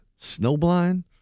snowblind